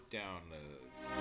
downloads